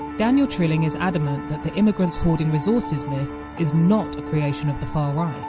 daniel trilling is adamant that the immigrants hoarding resources myth is not a creation of the far right